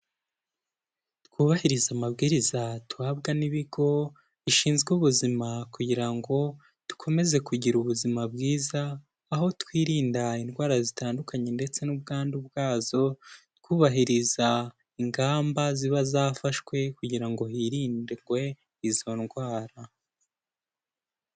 Twubahize amabwiriza duhabwa n'ibigo bishinzwe ubuzima kugira ngo dukomeze kugira ubuzima bwiza, aho twirinda indwara zitandukanye ndetse n'ubwandu bwazo, twubahiriza ingamba ziba zafashwe kugira ngo hirinderwe izo ndwara.